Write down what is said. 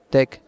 Tech